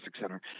center